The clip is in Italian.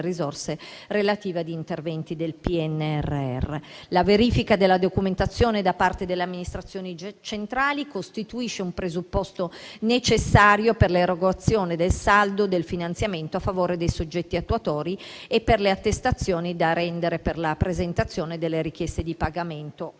i pagamenti degli interventi PNRR (comma 3). La verifica della documentazione da parte delle amministrazioni centrali costituisce presupposto necessario per l'erogazione del saldo del finanziamento a favore dei soggetti attuatori e per le attestazioni da rendere per la presentazione delle richieste di pagamento all'Unione